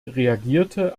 reagierte